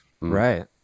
Right